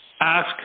Ask